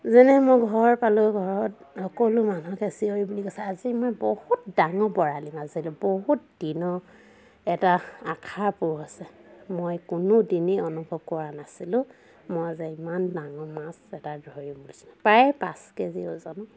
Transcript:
যেনে মই ঘৰ পালো ঘৰত সকলো মানুহকে চিঞৰি পিনি কৈছোঁ আজি মই বহুত ডাঙৰ বৰালি মাছ ধৰিলোঁ বহুত দিনৰ এটা আশা পূৰ হৈছে মই কোনো দিনেই অনুভৱ কৰা নাছিলোঁ মই যে ইমান ডাঙৰ মাছ এটা ধৰিম বুলিছিলোঁ প্ৰায় পাঁচ কেজি ওজনৰ